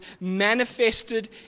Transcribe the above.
manifested